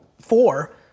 four